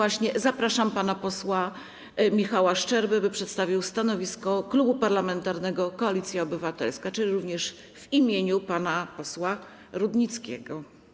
A więc zapraszam pana posła Michała Szczerbę, by przedstawił stanowisko Klubu Parlamentarnego Koalicja Obywatelska, czyli również w imieniu pana posła Rutnickiego.